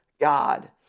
God